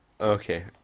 Okay